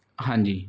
ਹਾਂਜੀ